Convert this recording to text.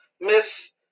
Miss